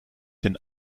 den